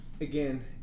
again